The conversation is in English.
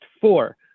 Four